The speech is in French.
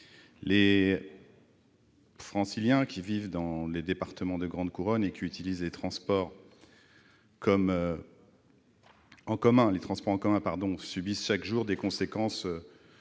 Les Franciliens qui vivent dans les départements de la grande couronne et qui utilisent les transports en commun subissent chaque jour les conséquences de trente